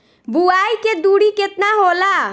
बुआई के दूरी केतना होला?